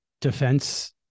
defense